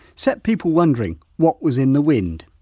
set people wondering what was in the wind.